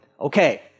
Okay